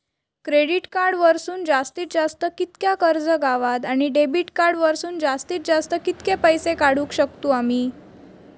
Credit card वरसून जास्तीत जास्त कितक्या कर्ज गावता, आणि डेबिट कार्ड वरसून जास्तीत जास्त कितके पैसे काढुक शकतू आम्ही?